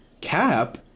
Cap